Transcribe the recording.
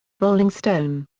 rolling stone.